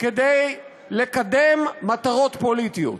כדי לקדם מטרות פוליטיות,